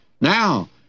Now